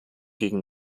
gegen